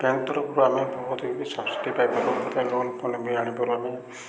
bank ତରଫରୁ ଆମେ ବହୁତ କିି ସବସିଡ଼ି ପାଇବାକୁ ପଥା ଲୋନ୍ ପ ବି ଆଣିପାରୁ ଆମେ